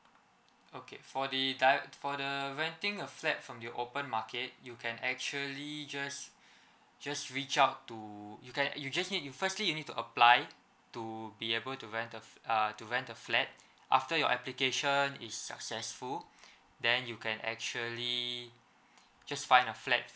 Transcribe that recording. okay for the for the renting a flat from the open market you can actually just just reach out to you can you just need you firstly need to apply to be able to rent a fl~ uh to rent a flat after your application is successful then you can actually just find a flat